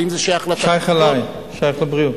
האם זה שייך, זה שייך, שייך לבריאות.